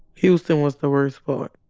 houston was the worst part.